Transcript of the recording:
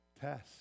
Test